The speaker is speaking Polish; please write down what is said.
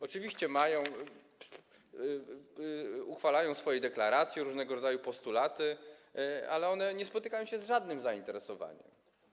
Oczywiście uchwalają deklaracje, różnego rodzaju postulaty, ale one nie spotykają się z żadnym zainteresowaniem.